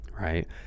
right